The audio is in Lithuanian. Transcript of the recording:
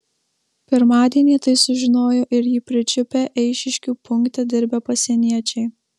pirmadienį tai sužinojo ir jį pričiupę eišiškių punkte dirbę pasieniečiai